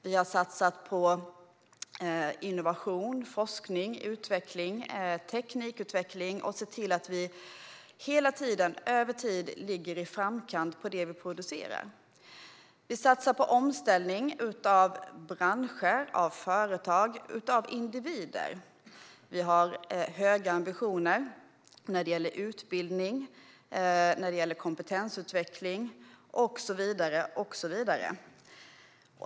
Vi har satsat på innovation, forskning, utveckling och teknikutveckling och sett till att hela tiden ligga i framkant med det vi producerar. Vi satsar på omställning av branscher, företag och individer. Vi har höga ambitioner när det gäller utbildning, kompetensutveckling och så vidare.